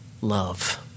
love